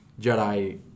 Jedi